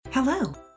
Hello